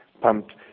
pumped